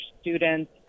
students